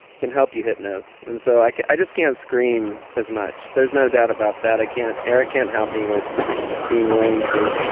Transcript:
can help you hit notes. and so i i just can't scream as much. there's no doubt about that. i can't. eric can't help me with being willing to